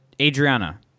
Adriana